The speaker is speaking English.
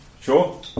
Sure